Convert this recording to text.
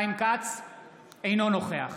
אינו נוכח